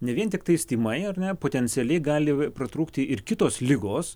ne vien tiktais tymai ar ne potencialiai gali pratrūkti ir kitos ligos